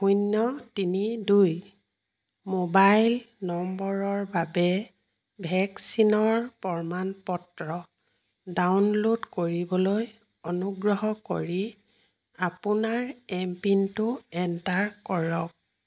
শূন্য তিনি দুই মোবাইল নম্বৰৰ বাবে ভেকচিনৰ প্ৰমাণপত্ৰ ডাউনল'ড কৰিবলৈ অনুগ্ৰহ কৰি আপোনাৰ এমপিন টো এণ্টাৰ কৰক